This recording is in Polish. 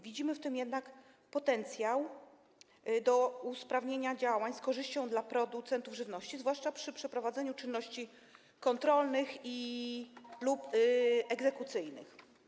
Widzimy w tym jednak potencjał do usprawnienia działań, z korzyścią dla producentów żywności, zwłaszcza przy przeprowadzaniu czynności kontrolnych lub egzekucyjnych.